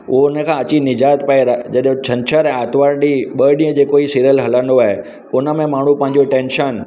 उहो उन खां अची निजात पाए जॾहिं छंछर ऐं आर्तवारु ॾींहुं ॿ ॾींहं जे कोई सिरीयल हलंदो आहे हुन में माण्हू पंहिंजो टेंशन